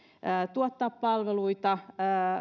tuottaa palveluita